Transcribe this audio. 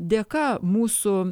dėka mūsų